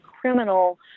criminal